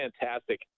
fantastic